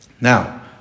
Now